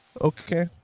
Okay